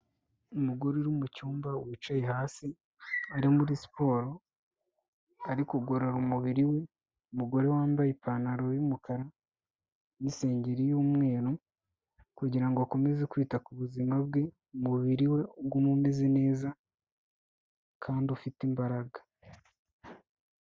Umugore uri mu cyumba wicaye hasi ari muri siporo ari kugorora umubiri we, umugore wambaye ipantaro y'umukara n'isengeri y'umweru kugira ngo akomeze kwita ku buzima bwe umubiri we ugume umeze neza kandi ufite imbaraga.